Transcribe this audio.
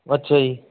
ਅੱਛਾ ਜੀ